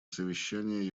совещание